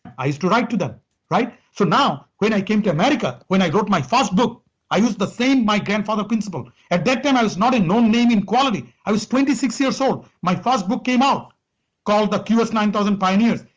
i used to write to them so now, when i came to america, when i wrote my first book i used the same my grandfather principle. at that time, i was not a known name equality. i was twenty six years old my first book came out called the cure is nine thousand pioneers,